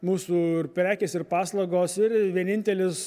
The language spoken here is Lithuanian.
mūsų ir prekės ir paslaugos ir vienintelis